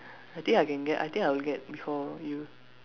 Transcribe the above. I think I can get I think I will get before you